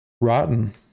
rotten